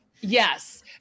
Yes